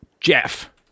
Jeff